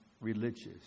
religious